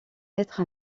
naître